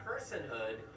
personhood